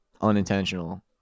unintentional